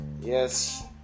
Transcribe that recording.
yes